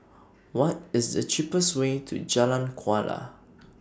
What IS The cheapest Way to Jalan Kuala